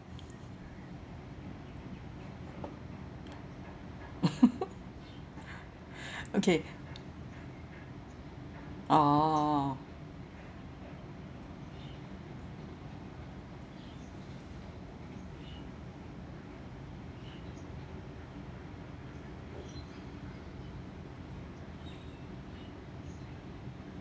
okay orh